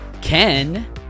Ken